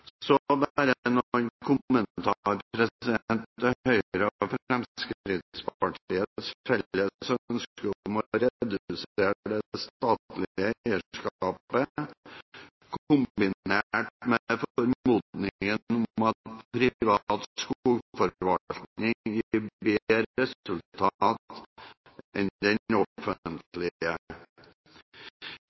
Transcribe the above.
Så bare noen kommentarer til Høyre og Fremskrittspartiets felles ønske om å redusere det statlige eierskapet, kombinert med formodningen om at privat skogforvaltning gir bedre resultat enn den